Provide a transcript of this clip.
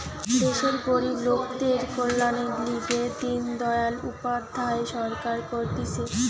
দেশের গরিব লোকদের কল্যাণের লিগে দিন দয়াল উপাধ্যায় সরকার করতিছে